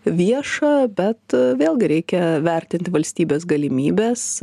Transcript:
vieša bet vėlgi reikia vertinti valstybės galimybes